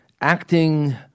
acting